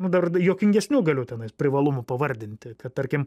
dar juokingesnių galiu tenais privalumų pavardinti kad tarkim